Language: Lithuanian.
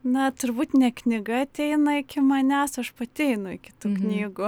na turbūt ne knyga ateina iki manęs aš pati einu iki tų knygų